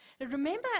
remember